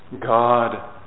God